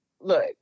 look